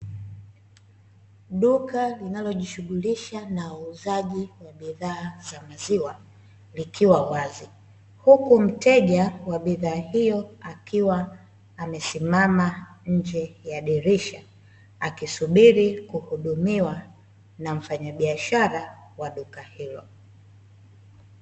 Duka linalojishughulisha na uuzaji wa bidhaa za maziwa likiwa wazi, huku mteja wa bidhaa hiyo akiwa amesimama nje ya dirisha akisubiri kuhudumiwa na mfanyabiashara wa duka hilo.